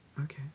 Okay